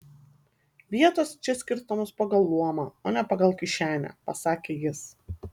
vietos čia skirstomos pagal luomą o ne pagal kišenę pasakė jis